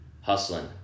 hustling